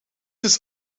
his